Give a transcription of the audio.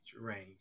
range